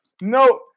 no